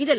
இதில்